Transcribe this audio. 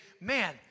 man